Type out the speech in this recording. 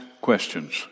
questions